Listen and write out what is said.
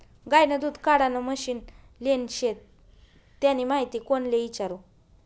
गायनं दूध काढानं मशीन लेनं शे त्यानी माहिती कोणले इचारु?